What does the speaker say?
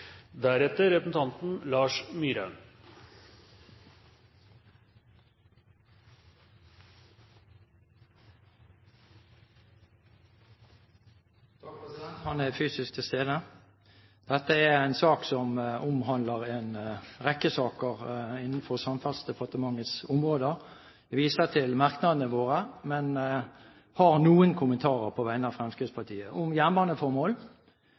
Han er fysisk til stede. Dette er en sak som omhandler en rekke saker innenfor Samferdselsdepartementets område. Jeg viser til merknadene våre, men har noen kommentarer på vegne av Fremskrittspartiet, først om jernbaneformål.